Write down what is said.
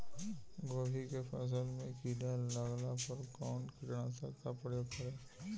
गोभी के फसल मे किड़ा लागला पर कउन कीटनाशक का प्रयोग करे?